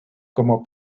como